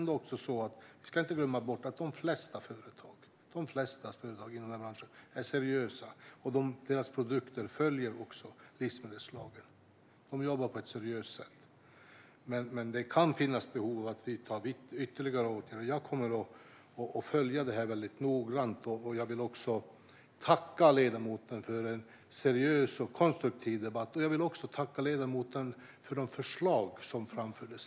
Vi ska dock inte glömma att de flesta företagen inom branschen är seriösa. Deras produkter följer också livsmedelslagen. De jobbar på ett seriöst sätt. Men det kan finnas behov av att vidta ytterligare åtgärder. Jag kommer att följa det här noggrant. Jag vill tacka ledamoten för en seriös och konstruktiv debatt. Jag vill också tacka för de förslag som har framförts.